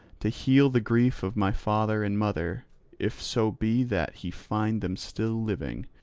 to heal the grief of my father and mother if so be that he find them still living,